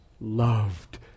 loved